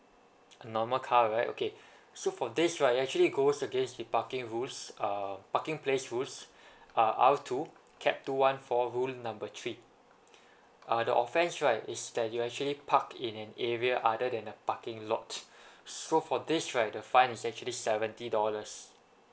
a normal car right okay so for this right you actually goes against the parking rules uh parking place rules uh R two cap two one four rule number three uh the offence right is that you actually park in an area other than a parking lot so for this right the fine is actually seventy dollars